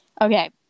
Okay